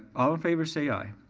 all in favor say i.